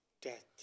death